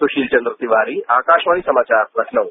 सुशील चन्द्र तिवारी आकाशवाणी समाचार लखनऊ